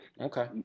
okay